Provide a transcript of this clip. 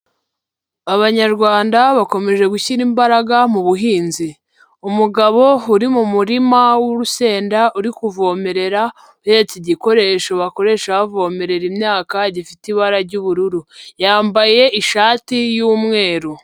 Abanyarwanda bakomeje gushyira imbaraga mu buhinzi, umugabo uri mu murima w'urusenda uri kuvomerera, uhetse igikoresho bakoresha bavomerera imyaka gifite ibara ry'ubururu, yambaye ishati y'umweru.